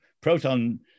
proton